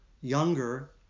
younger